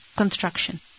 construction